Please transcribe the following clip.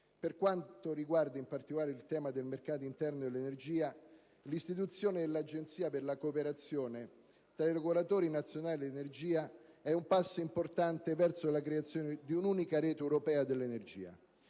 Per quanto riguarda in particolare il tema del mercato interno dell'energia, l'istituzione dell'Agenzia europea per la cooperazione fra i regolatori nazionali dell'energia è un passo importante verso la creazione di una unica rete europea dell'energia.